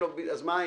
--- אז מה העניין?